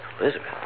Elizabeth